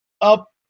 up